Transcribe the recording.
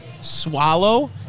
Swallow